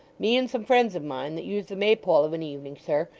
me and some friends of mine that use the maypole of an evening, sir,